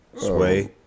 Sway